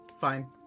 fine